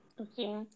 Okay